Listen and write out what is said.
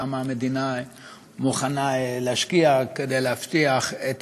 כמה המדינה מוכנה להשקיע כדי להבטיח את